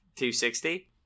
260